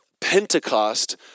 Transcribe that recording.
Pentecost